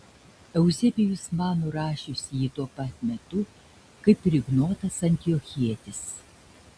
euzebijus mano rašius jį tuo pat metu kaip ir ignotas antiochietis